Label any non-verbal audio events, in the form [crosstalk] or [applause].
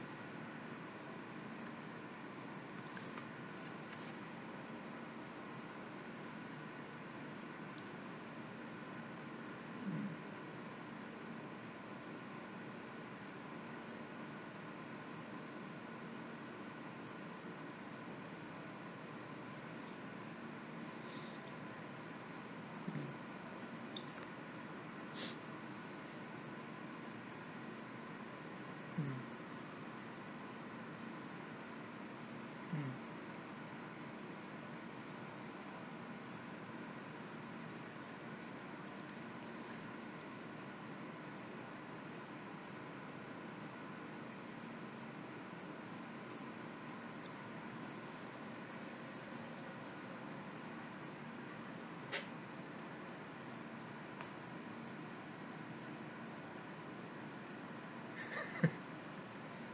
mm mm [laughs]